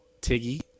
Tiggy